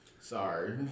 Sorry